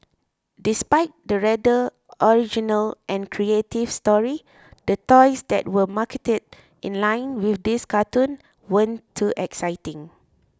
despite the rather original and creative story the toys that were marketed in line with this cartoon weren't too exciting